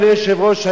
אדוני היושב-ראש,